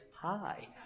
hi